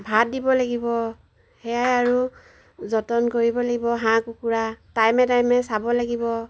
ভাত দিব লাগিব সেয়াই আৰু যতন কৰিব লাগিব হাঁহ কুকুৰা টাইমে টাইমে চাব লাগিব